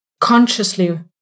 consciously